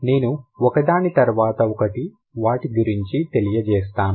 నేను ఒక దాని తర్వాత ఒకటి వాటి గురించి తెలియజేస్తాను